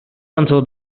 until